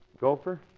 Gopher